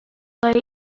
های